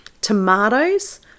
tomatoes